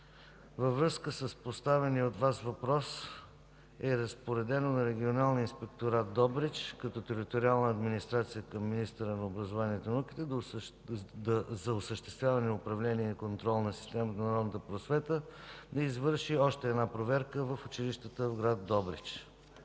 Във връзка с поставения от Вас въпрос е разпоредено на Регионалния инспекторат – Добрич, като териториална администрация към министъра на образованието и науката за осъществяване, управление и контрол на системата на народната просвета, да извърши още една проверка в училищата в град Добрич.